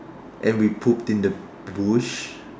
and we pooped in the bush